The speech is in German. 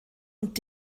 und